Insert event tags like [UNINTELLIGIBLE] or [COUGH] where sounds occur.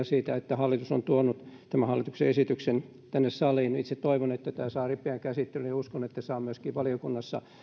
[UNINTELLIGIBLE] siitä että hallitus on tuonut tämän hallituksen esityksen tänne saliin itse toivon että tämä saa ripeän käsittelyn ja uskon että se myöskin saa valiokunnassa